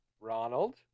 Ronald